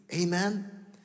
Amen